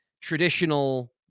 traditional